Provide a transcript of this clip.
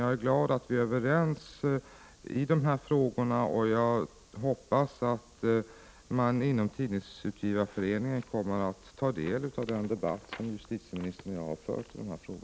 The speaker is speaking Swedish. Jag är glad att vi är överens i dessa frågor, och jag hoppas att man inom Tidningsutgivareföreningen kommer att ta del av den debatt justitieministern och jag fört i denna fråga.